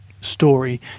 story